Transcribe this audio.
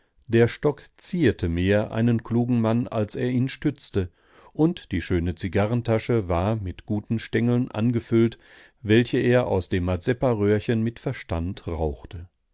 der stock zierte mehr einen klugen mann als er ihn stützte und die schöne zigarrentasche war mit guten stengeln angefüllt welche er aus dem mazepparöhrchen mit verstand rauchte